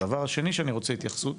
הדבר השני שאני רוצה התייחסות,